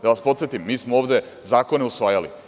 Da vas podsetim, mi smo ovde zakone usvajali.